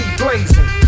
blazing